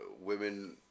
women